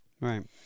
Right